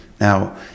Now